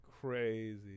crazy